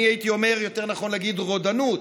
אני הייתי אומר שיותר נכון להגיד "רודנות"